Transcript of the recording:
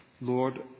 Lord